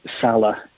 Salah